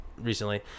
recently